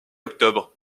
octobre